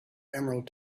emerald